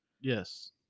yes